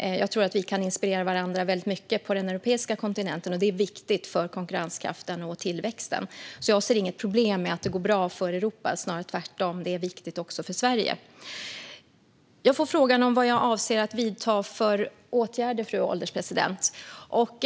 Jag tror att vi på den europeiska kontinenten kan inspirera varandra mycket, vilket är viktigt för konkurrenskraften och tillväxten. Jag ser alltså inget problem med att det går bra för Europa, snarare tvärtom; det är viktigt också för Sverige. Fru ålderspresident! Jag får frågan vad jag avser att vidta för åtgärder.